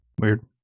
Weird